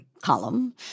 column